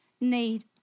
need